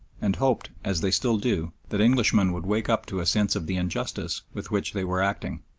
and hoped, as they still do, that englishmen would wake up to a sense of the injustice with which they were acting.